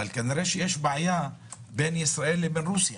אבל כנראה יש בעיה בין ישראל לבין רוסיה